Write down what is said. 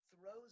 throws